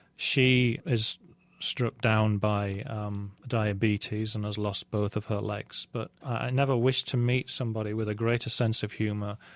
she is struck down by um diabetes and has lost both of her legs. but i never wish to meet somebody with a greater sense of humor,